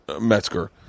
metzger